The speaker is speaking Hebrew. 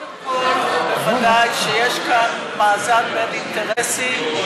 קודם כול, ודאי שיש כאן מאזן בין אינטרסים.